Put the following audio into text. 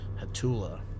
Hatula